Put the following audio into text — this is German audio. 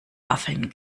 waffeln